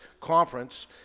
conference